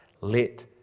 let